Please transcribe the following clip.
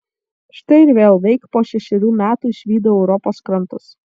štai ir vėl veik po šešerių metų išvydau europos krantus